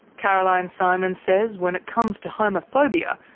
caroline symons says when it comes to homophobia,